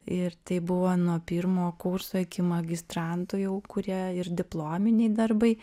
ir tai buvo nuo pirmo kurso iki magistrantų jau kurie ir diplominiai darbai